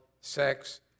sex